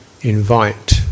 invite